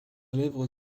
lèvre